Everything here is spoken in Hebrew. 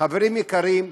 חברים יקרים,